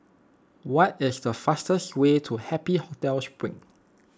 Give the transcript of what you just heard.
what is the fastest way to Happy Hotel Spring